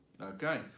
okay